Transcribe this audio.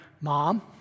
mom